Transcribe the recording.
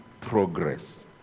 progress